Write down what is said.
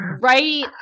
Right